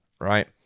Right